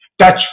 touch